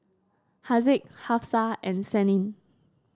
Haziq Hafsa and Senin